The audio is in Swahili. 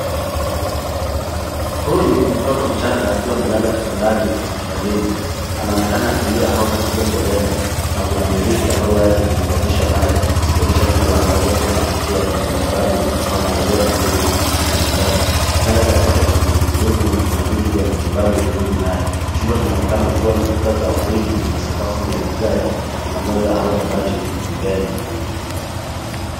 Huyu ni mtoto mchanga akiwa amelala kitandani hospitalini anaonekana akilia au kupiga kelele na kuna mirija zilizounganishwa naye zikionyesha kuwa anaweza kuwa anapokea kimatibabu wanaangaliwa karibu kimatibabu, kitanda cha mtoto kina magurudumu na kuna vitu vya matibabu karibu naye chumba kinaonekana kuwa na kuta za waridi na sakafu ni ya vigae na kuna meza au kabati pembeni.